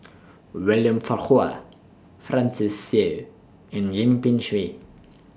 William Farquhar Francis Seow and Yip Pin Xiu